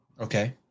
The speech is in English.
Okay